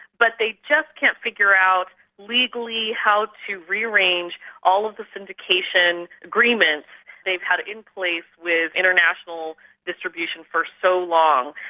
but they just can't figure out legally how to rearrange all of the syndication agreements they've had in place with international distribution for so long.